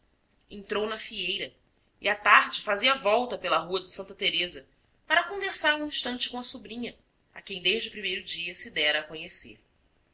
entrou na fieira e à tarde fazia volta pela rua de santa teresa para conversar um instante com a sobrinha a quem desde o primeiro dia se dera a conhecer